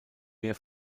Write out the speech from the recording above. mehr